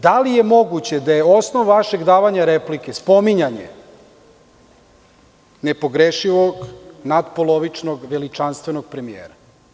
Da li je moguće da je osnov davanja replike spominjanje nepogrešivog, natpolovičnog, veličanstvenog premijera?